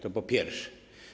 To po pierwsze.